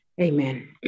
Amen